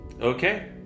Okay